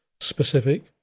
specific